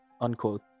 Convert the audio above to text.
unquote